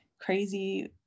crazy